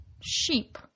Sheep